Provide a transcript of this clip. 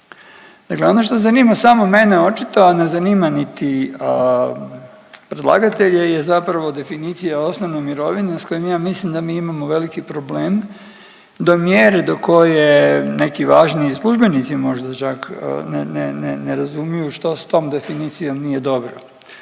Dakle ono što zanima samo mene očito, a ne zanima niti predlagatelje je zapravo definicija osnovne mirovine s kojom ja mislim da mi imamo veliki problem do mjere do koje neki važniji službenici možda čak ne, ne, ne, ne razumiju što s tom definicijom nije dobro